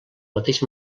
mateix